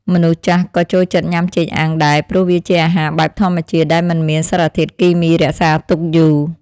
មនុស្សចាស់ក៏ចូលចិត្តញ៉ាំចេកអាំងដែរព្រោះវាជាអាហារបែបធម្មជាតិដែលមិនមានសារធាតុគីមីរក្សាទុកយូរ។